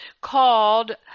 called